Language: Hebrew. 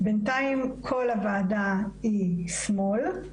בינתיים כל הוועדה היא שמאל,